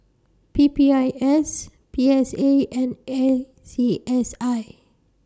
P P I S P S A and A C S I